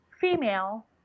female